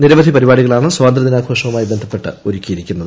നിരവധി പരിപാടികളാണ് സ്ഥാതന്ത്ര്യ ദിനാഘോഷവുമായി ബന്ധപ്പെട്ട് ഒരുക്കൂിയ്ടിരിക്കുന്നത്